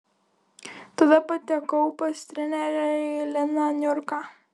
tada patekau pas trenerį liną niurką